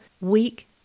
week